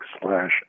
slash